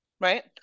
Right